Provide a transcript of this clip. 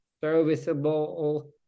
serviceable